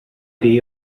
bee